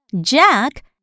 Jack